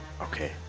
okay